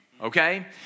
okay